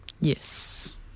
Yes